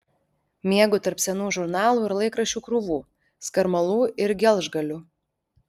miegu tarp senų žurnalų ir laikraščių krūvų skarmalų ir gelžgalių